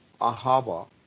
ahava